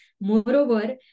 Moreover